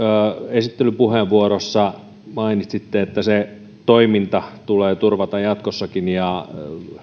esittelypuheenvuorossa mainitsitte että se toiminta tulee turvata jatkossakin ja